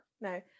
No